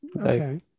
okay